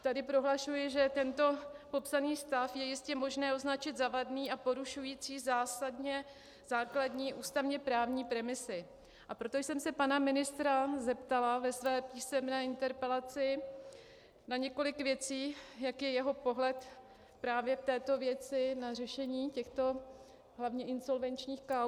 Tady prohlašuji, že tento popsaný stav je jistě možné označit za vadný a porušující zásadně základní ústavněprávní premisy, a proto jsem se pana ministra zeptala ve své písemné interpelaci na několik věcí, jaký je jeho pohled právě v této věci na řešení těchto hlavně insolvenčních kauz.